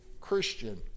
Christian